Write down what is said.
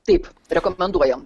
taip rekomenduojam